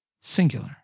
singular